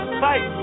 fight